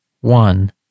one